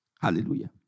Hallelujah